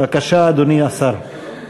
בבקשה, אדוני השר.